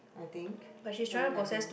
I think why like that